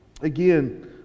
again